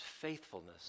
faithfulness